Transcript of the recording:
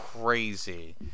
crazy